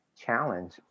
challenge